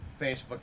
Facebook